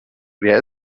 wer